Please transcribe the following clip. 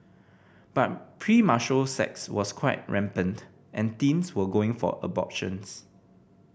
but premarital sex was quite rampant and teens were going for abortions